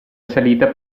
salita